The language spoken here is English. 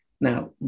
Now